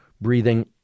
breathing